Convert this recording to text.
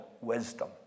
wisdom